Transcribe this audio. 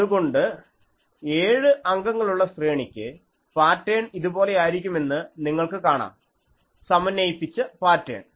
അതുകൊണ്ട് ഏഴ് അംഗങ്ങളുള്ള ശ്രേണിക്ക് പാറ്റേൺ ഇതുപോലെ ആയിരിക്കും എന്ന് നിങ്ങൾക്ക് കാണാം സമന്വയിപ്പിച്ച പാറ്റേൺ